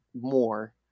more